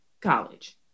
College